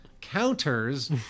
counters